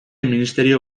ministerio